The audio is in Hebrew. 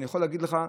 אני יכול להגיד לך,